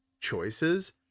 choices